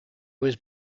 was